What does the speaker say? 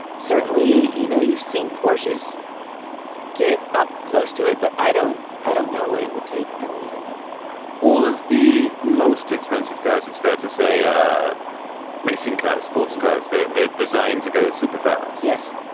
certainly, you know, you've seen porsches get up close to it. but i don't i don't know what it would take i really don't know all of the most expensive cars, it's fair to say. ah racing cars, sports cars. they're they're designed to go super far. yes.